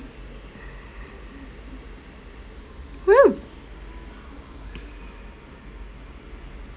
!wow!